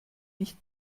nicht